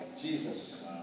Jesus